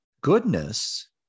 goodness